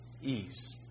ease